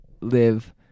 live